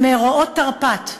במאורעות תרפ"ט,